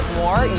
more